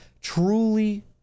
truly